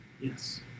Yes